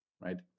right